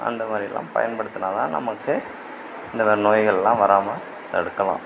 அந்த மாதிரிலாம் பயன்படுத்துனா தான் நமக்கு இந்த மாதிரி நோய்கள்லாம் வராம தடுக்கலாம்